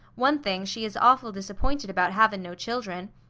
one thing, she is awful disappointed about havin' no children.